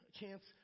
chance